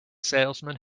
salesman